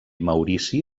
maurici